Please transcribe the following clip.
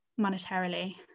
monetarily